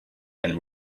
and